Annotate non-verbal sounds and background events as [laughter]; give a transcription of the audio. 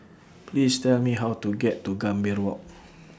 Please Tell Me How to get to Gambir Walk [noise]